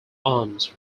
arms